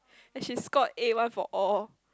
then she scored A one for all